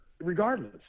Regardless